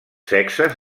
sexes